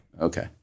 Okay